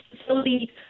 facility